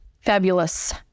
Fabulous